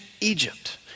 Egypt